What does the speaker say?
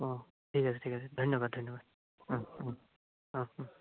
অঁ ঠিক আছে ঠিক আছে ধন্যবাদ ধন্যবাদ অঁ অঁ অঁ